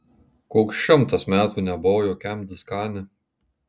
koks šimtas metų nebuvau jokiam diskane